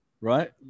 right